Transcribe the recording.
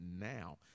now